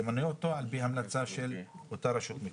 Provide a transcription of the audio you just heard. על פי המלצה של אותה רשות מקומית.